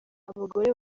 abagore